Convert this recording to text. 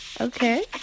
Okay